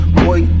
boy